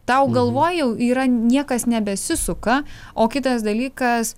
tau galvoj jau yra niekas nebesisuka o kitas dalykas